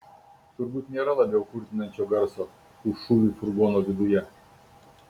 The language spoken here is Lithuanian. turbūt nėra labiau kurtinančio garso už šūvį furgono viduje